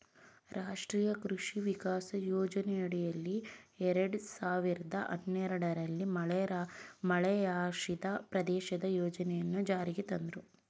ರಾಷ್ಟ್ರೀಯ ಕೃಷಿ ವಿಕಾಸ ಯೋಜನೆಯಡಿಯಲ್ಲಿ ಎರಡ್ ಸಾವಿರ್ದ ಹನ್ನೆರಡಲ್ಲಿ ಮಳೆಯಾಶ್ರಿತ ಪ್ರದೇಶದ ಯೋಜನೆನ ಜಾರಿಗ್ ತಂದ್ರು